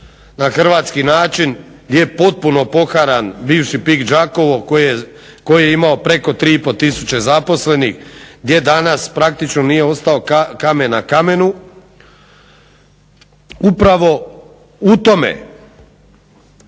na hrvatski način gdje je potpuno poharan bivši PIK Đakovo koji je imao preko 3,5 tisuće zaposlenih gdje danas praktično nije ostao kamen na kamenu upravo u tome